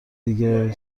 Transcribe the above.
دیگه